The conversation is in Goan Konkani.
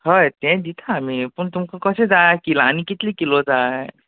हय ते दिता आमी पूण तुमकां कशें जाय किलानी कितले किलो जाय